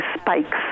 spikes